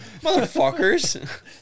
Motherfuckers